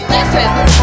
Listen